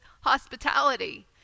hospitality